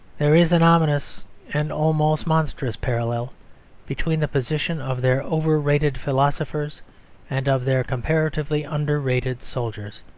there is an ominous and almost monstrous parallel between the position of their over-rated philosophers and of their comparatively under-rated soldiers.